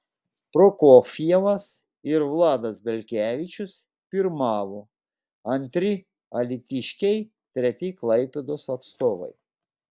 prokofjevas ir vladas belkevičius pirmavo antri alytiškiai treti klaipėdos atstovai